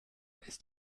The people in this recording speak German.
ist